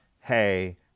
hey